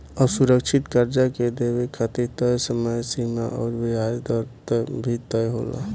असुरक्षित कर्जा के देवे खातिर तय समय सीमा अउर ब्याज दर भी तय होला